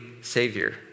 Savior